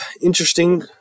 interesting